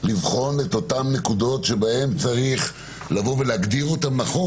לבחון את אותן נקודות שבהן צריך לבוא ולהגדיר נכון,